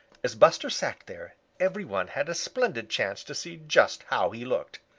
as buster sat there, every one had a splendid chance to see just how he looked.